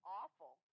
awful